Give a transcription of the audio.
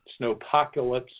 snowpocalypse